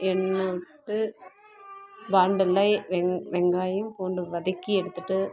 எண்ணெய் விட்டு பாண்டுல்லவெங் வெங்காயம் பூண்டு வதக்கி எடுத்துட்டு